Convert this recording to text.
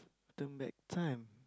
turn back time